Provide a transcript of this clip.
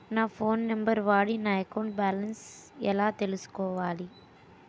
నా phone number వాడి నా అకౌంట్ బాలన్స్ ఎలా తెలుసుకోవాలి?